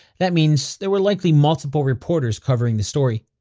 that means there were likely multiple reporters covering the story.